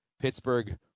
Pittsburgh